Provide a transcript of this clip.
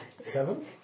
Seven